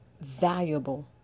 valuable